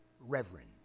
reverend